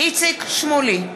איציק שמולי,